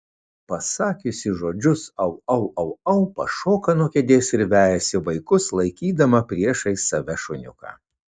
pasakiusi žodžius au au au au pašoka nuo kėdės ir vejasi vaikus laikydama priešais save šuniuką